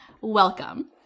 welcome